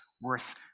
worth